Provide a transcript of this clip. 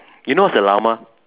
you know what's a llama